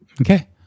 okay